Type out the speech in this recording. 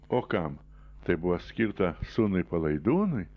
o kam tai buvo skirta sūnui palaidūnui